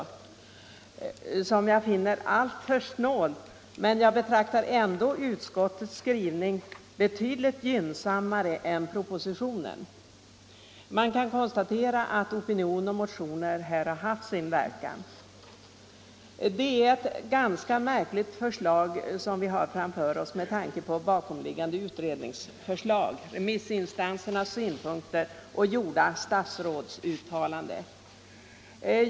Jag finner utskottets ställningstagande på den punkten alltför snålt men jag betraktar ändå utskottets skrivning som betydligt gynnsammare än propositionens. Man kan konstatera att opinion och motioner här har haft sin verkan. Det är ett ganska märkligt förslag som vi har framför oss med tanke på bakomliggande utredningsförslag, remissinstansernas synpunkter och gjorda statsrådsuttalanden.